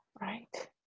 right